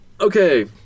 Okay